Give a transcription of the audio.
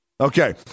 Okay